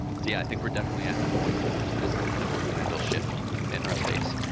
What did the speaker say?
so, yeah, i think we're definitely at that point where there's this kind of monumental shift in our space,